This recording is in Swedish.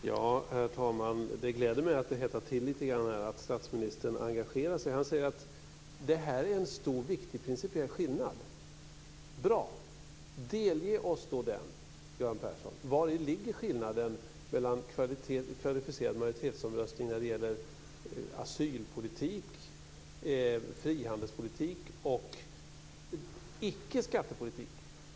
Herr talman! Det gläder mig att det hettar till lite grann, att statsministern engagerar sig. Han säger att det här är en stor och viktig principiell skillnad. Bra. Delge oss den, Göran Persson. Vari ligger skillnaden mellan kvalificerade majoritetsomröstningar, i asylpolitik, frihandelspolitik och icke skattepolitik.